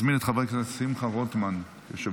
למזכירות הכנסת, בבקשה.